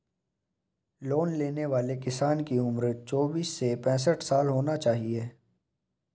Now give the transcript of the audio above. loan लेने वाले किसान की उम्र चौबीस से पैंसठ साल होना चाहिए